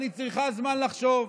אני צריכה זמן לחשוב.